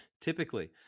typically